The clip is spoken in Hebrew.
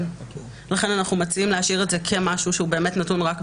אנחנו מקיימים עוד דיון בחוק הסמכויות לקראת תיקונו.